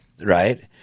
right